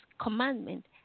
commandment